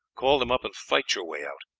call them up and fight your way out.